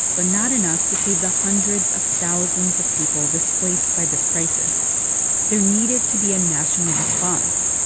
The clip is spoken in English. but not enough to save the hundreds of thousands of people displaced by this crisis there needed to be a national response.